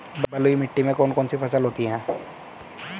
बलुई मिट्टी में कौन कौन सी फसलें होती हैं?